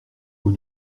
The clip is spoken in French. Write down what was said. vous